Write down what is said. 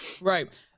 Right